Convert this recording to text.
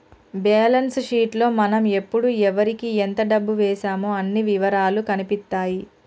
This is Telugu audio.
బ్యేలన్స్ షీట్ లో మనం ఎప్పుడు ఎవరికీ ఎంత డబ్బు వేశామో అన్ని ఇవరాలూ కనిపిత్తాయి